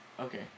Okay